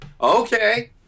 Okay